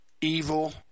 evil